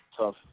tough